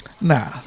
Nah